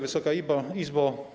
Wysoka Izbo!